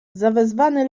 zawezwany